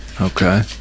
Okay